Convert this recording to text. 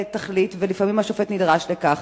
ולפעמים השופט נדרש להחליט.